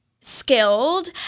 skilled